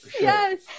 yes